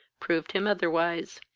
proved him otherwise.